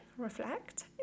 reflect